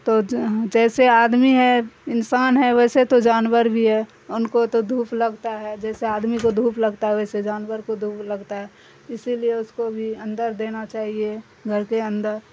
تو جیسے آدمی ہے انسان ہے ویسے تو جانور بھی ہے ان کو تو دھوپ لگتا ہے جیسے آدمی کو دھوپ لگتا ہے ویسے جانور کو دھوپ لگتا ہے اسی لیے اس کو بھی اندر دینا چاہیے گھر کے اندر